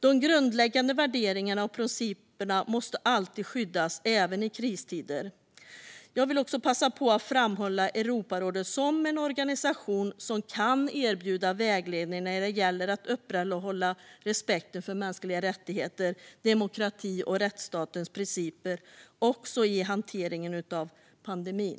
De grundläggande värderingarna och principerna måste alltid skyddas, även i kristider. Jag vill passa på att framhålla Europarådet som en organisation som kan erbjuda vägledning när det gäller att upprätthålla respekten för mänskliga rättigheter, demokrati och rättsstatens principer, också i hanteringen av pandemin.